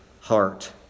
heart